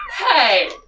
Hey